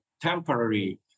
temporary